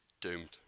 doomed